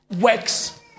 works